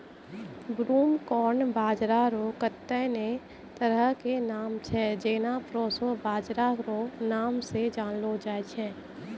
broomcorn बाजरा रो कत्ते ने तरह के नाम छै जेना प्रोशो बाजरा रो नाम से जानलो जाय छै